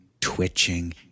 twitching